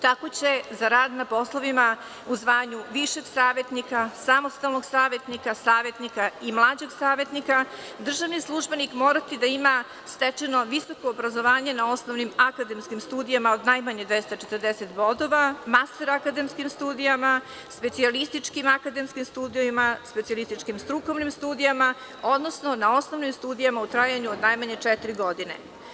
Tako će za rad na poslovima u zvanju višeg savetnika, samostalnog savetnika i mlađeg savetnika državni službenik morati da ima stečeno visoko obrazovanje na osnovnim akademskim studijama od najmanje 240 bodova Master akademskim studijama, specijalističkim akademskim studijama, specijalističkim strukovnim studijama, odnosno na osnovnim studijama u trajanju od najmanje četiri godine.